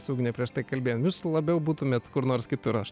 su ugne prieš tai kalbėjom jūs labiau būtumėt kur nors kitur aš